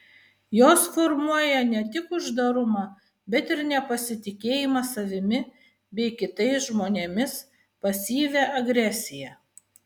jos formuoja ne tik uždarumą bet ir nepasitikėjimą savimi bei kitais žmonėmis pasyvią agresiją